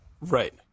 Right